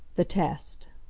the test